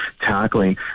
tackling